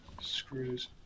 screws